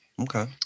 Okay